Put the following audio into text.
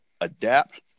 adapt